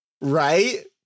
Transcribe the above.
Right